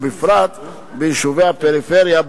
ובפרט ביישובי הפריפריה,